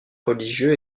religieux